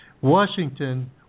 Washington